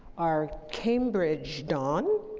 our cambridge don,